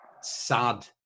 sad